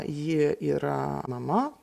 ji yra mama